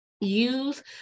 use